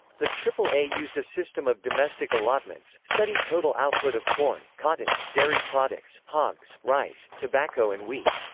the aaa used a system of domestic allotments, setting total output of corn, cotton, dairy products, hogs, rice, tobacco and wheat.